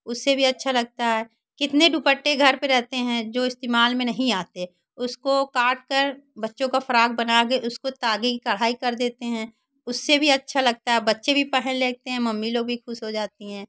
उससे भी अच्छा लगता है कितने डुपट्टे घर पे रहते हैं जो इस्तेमाल में नहीं आते उसको काट कर बच्चों का फ्रॉक बनाकर उसको तागे की कढ़ाई कर देते हैं उससे भी अच्छा लगता है बच्चे भी पहन लेगते हैं मम्मी लोग भी खुश हो जाती हैं